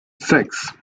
sechs